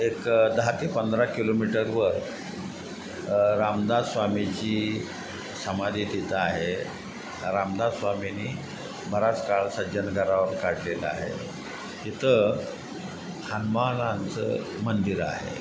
एक दहा ते पंधरा किलोमीटरवर रामदास स्वामीची समाधी तिथं आहे रामदास स्वामींनी बराच काळ सज्जनगडावर काढलेला आहे तिथं हनुमानांचं मंदिर आहे